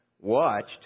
watched